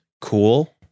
cool